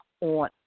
on